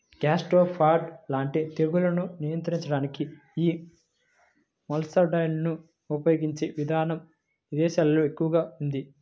gastropod లాంటి తెగుళ్లను నియంత్రించడానికి యీ మొలస్సైడ్లను ఉపయిగించే ఇదానం ఇదేశాల్లో ఎక్కువగా ఉంది